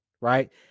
Right